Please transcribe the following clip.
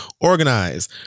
Organize